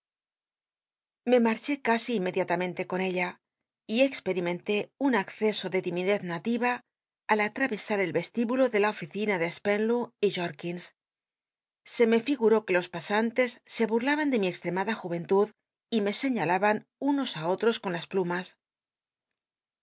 me marché casi inmediatamente con ella y experimentó un acceso de timidez nativa al a travesa el estíbu lo de la oficina de spenlow y j orkins se me figuró que lo s pasantes se burlaban de mi extremada jul'cntud y me señalaban unos ü ottos con las plumas